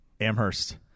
Amherst